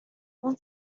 اون